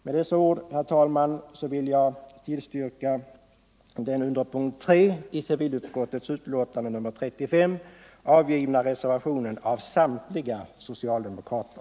Med dessa ord vill jag, herr talman, tillstyrka den under punkt 3 i civilutskottets betänkande nr 35 avgivna reservationen av samtliga socialdemokrater.